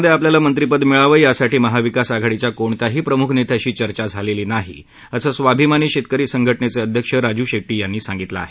राज्य सरकारमध्ये आपल्याला मंत्रीपद मिळावं यासाठी महाविकास आघाडीच्या कोणत्याही प्रमुख नेत्याशी चर्चा झालेली नाही असं स्वाभीमानी शेतकरी संघटनेचे अध्यक्ष राजू शेट्टी यांनी सांगितलं आहे